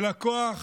של הכוח